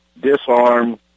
Disarm